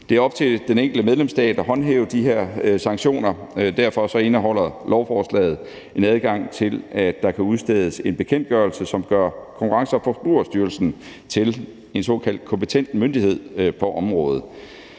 Det er op til den enkelte medlemsstat at håndhæve de her sanktioner. Derfor indeholder lovforslaget en adgang til, at der kan udstedes en bekendtgørelse, som gør Konkurrence- og Forbrugerstyrelsen til en såkaldt kompetent myndighed på området.